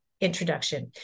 introduction